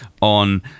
on